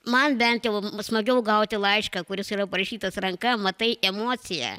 man bent jau smagiau gauti laišką kuris yra parašytas ranka matai emociją